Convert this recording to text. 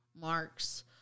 marks